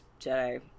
Jedi